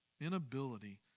Inability